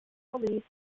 obsolete